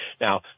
Now